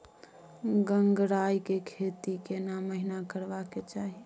गंगराय के खेती केना महिना करबा के चाही?